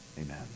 amen